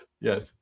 Yes